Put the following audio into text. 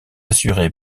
assuré